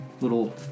little